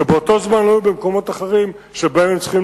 שבאותו זמן היו במקומות אחרים שבהם הם צריכים